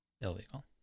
Illegal